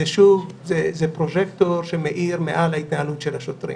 זו פרוז'קטור שמאיר על ההתנהלות של השוטרים.